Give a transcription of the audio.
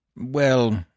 Well